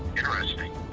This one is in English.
interesting.